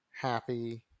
happy